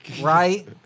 Right